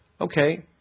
okay